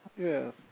Yes